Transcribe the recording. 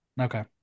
Okay